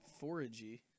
foragey